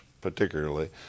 particularly